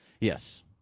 Yes